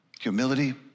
humility